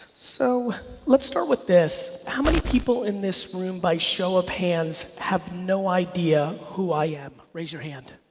so let's start with this. how many people in this room by show of hands have no idea who i am, raise your hand,